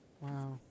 Wow